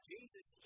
Jesus